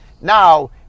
Now